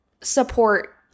support